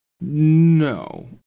no